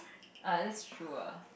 ah that's true ah